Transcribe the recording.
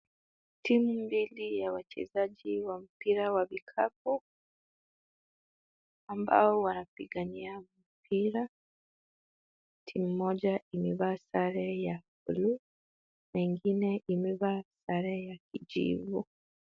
Timu mbili ya wachezaji wa mpira wa vikapu, ambao wanapigania mpira. Timu moja imevaa sare ya buluu na ingine imevaa sare ya kijivu.